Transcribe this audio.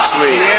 Sweet